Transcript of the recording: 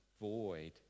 void